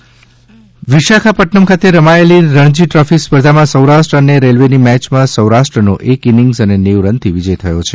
Ranji trophy Visakhapatnam ખાતે રમાયેલી Ranji trophy સ્પર્ધામાં સૌરાષ્ટ્ર અને રેલ્વેની મેચમાં સૌરાષ્ટ્રનો એક ઈનિંગ્સ અને નેવું રનથી વિજય થયો છે